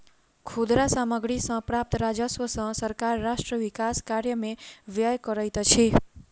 खुदरा सामग्री सॅ प्राप्त राजस्व सॅ सरकार राष्ट्र विकास कार्य में व्यय करैत अछि